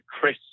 Chris